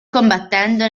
combattendo